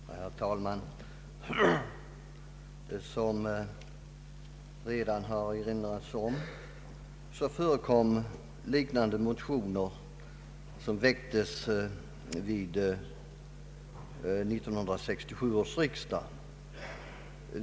Herr talman! Såsom det redan har erinrats om väcktes liknande motioner vid 1967 års riksdag.